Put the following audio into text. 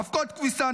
אבקות כביסה,